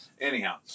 Anyhow